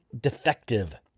defective